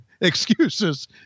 excuses